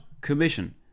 commission